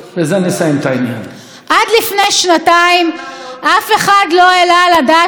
עד לפני שנתיים אף אחד לא העלה על הדעת שדבר כזה יכול לקרות.